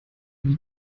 wie